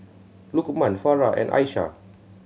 Lukman Farah and Aishah